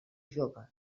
jove